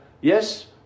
Yes